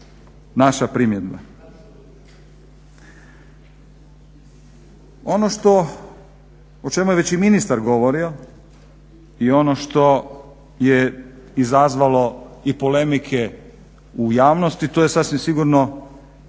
naša primjedba. Ono što o čemu je već i ministar govorio i ono što je izazvalo i polemike u javnosti to je sasvim sigurno